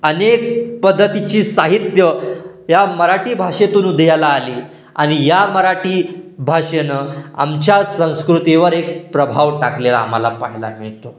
अनेक पद्धतीची साहित्य या मराठी भाषेतून उदयाला आली आणि या मराठी भाषेनं आमच्या संस्कृतीवर एक प्रभाव टाकलेला आम्हाला पाहायला मिळतो